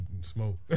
smoke